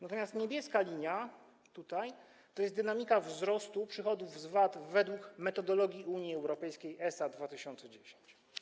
Natomiast niebieska linia to jest dynamika wzrostu przychodów z VAT-u według metodologii Unii Europejskiej ESA 2010.